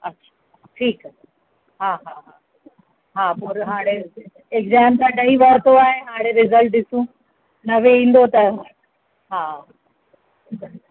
अच्छा ठीकु आहे हा हा हा हा पोइ हाणे एक्ज़ाम त ॾई वरितो आहे हाणे रिजल्ट ॾिसूं नवें ईंदो त हा